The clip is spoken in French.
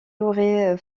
aurait